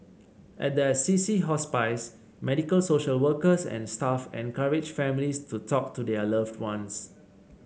at the Assisi Hospice medical social workers and staff encourage families to talk to their loved ones